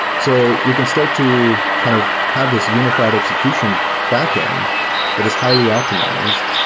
so we can start to kind of have this unified execution backend that is highly optimized